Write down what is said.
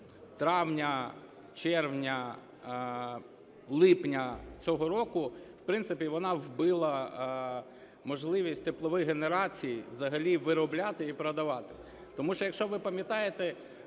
травня, червня, липня цього року, в принципі, вона вбила можливість теплової генерації взагалі виробляти і продавати. Тому що, якщо ви пам'ятаєте,